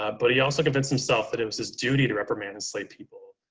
ah but he also convinced himself that it was his duty to reprimand enslaved people.